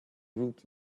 ruth